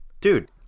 Dude